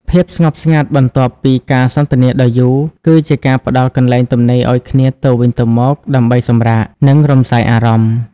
ភាពស្ងប់ស្ងាត់បន្ទាប់ពីការសន្ទនាដ៏យូរ គឺជាការផ្ដល់កន្លែងទំនេរឱ្យគ្នាទៅវិញទៅមកដើម្បីសម្រាក និងរំសាយអារម្មណ៍។